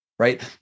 right